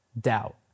doubt